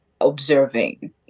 observing